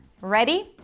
Ready